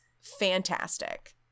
fantastic